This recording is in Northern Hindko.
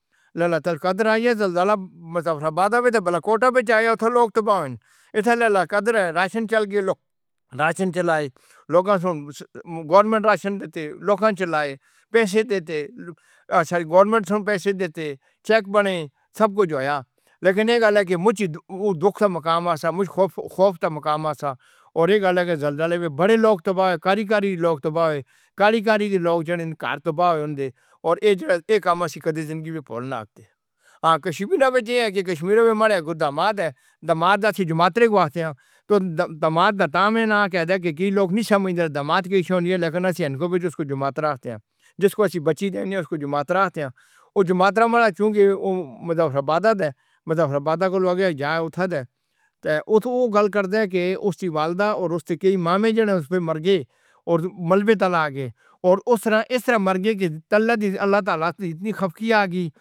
لے لا۔ تیری قدر آیے تو مطلب بعد میں بلا کوٹا بچایا۔ اُتر لوگ تو پاؤ لے لا۔ قدر ہے راشن چل کے لو۔ راشن چلائے۔ لوگوں سے گورنمنٹ راشن دےتے، لوکھنڈ چڑھائے۔ پیسے دے دے۔ گورنمنٹ سے پیسے دے دے۔ چیک بنے۔ سب کچھ ہویا۔ لیکن یے کہلا کہ اُجی دکھ کا مقام۔ اصل میں مجھ خوف خوف کا مقام۔ اور ایک آلا کے جلدیالے میں بڑے لوگ تو گاری گاری، لوگ تو گاری گاری دی۔ لوگ جنیں گھر تو پاؤ جندے اور اے جا۔ یے کام ایسی زندگی میں ہوتی ہے۔ ہاں، کشمیر کے لیے کہ کشمیری مارے دِماںتے دِماںتے ہاتھیوں مات۔ تو دِماںتا میں نہ کہتا کہ لوک نہیں سمجھ دِماںت کے لکھنا ہے اُسکو جو مات آتے ہیں جسکو اسی بچی دےن اُسکو جو مات آتے ہیں، وہ مات مالا چونکہ وہ مظفرآباد مظفرآباد کو لگ رہا ہے گیاک ہتھارے اُتّے۔ اُتّو گال کرتا ہے کہ اُسے بھی والدا اور اُسے بھی مامے جس پے مر گئے اور ملبے طلاق کے اور اُس طرح اِس طرح مر گئے کہ تَلّت اللہ تعالیٰ سے اِتنی خف کی آگ۔